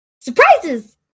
Surprises